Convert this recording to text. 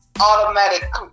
automatic